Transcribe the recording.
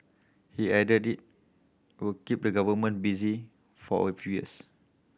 he added it will keep the government busy for a few years